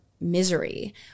misery